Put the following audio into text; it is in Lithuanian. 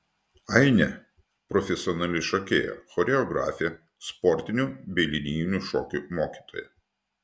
ainė profesionali šokėja choreografė sportinių bei linijinių šokių mokytoja